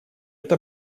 это